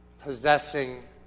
possessing